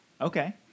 Okay